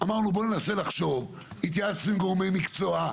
אמרנו בו ננסה לחשוב, התייעצנו עם גורמי מקצוע.